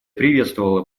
приветствовала